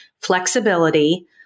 flexibility